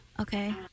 Okay